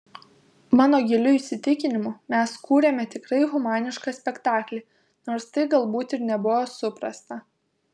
mano giliu įsitikinimu mes kūrėme tikrai humanišką spektaklį nors tai galbūt ir nebuvo suprasta